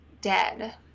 dead